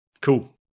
cool